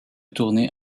tourner